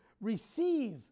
receive